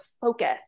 focus